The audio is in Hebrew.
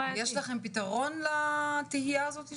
יש לכם פתרון לתהיה הזאת שעולה?